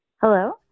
Hello